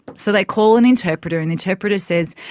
so they call an interpreter and the interpreter says,